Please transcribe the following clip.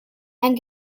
and